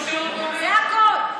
שיעשו שירות לאומי, כן יעשו שירות לאומי.